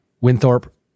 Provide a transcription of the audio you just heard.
Winthrop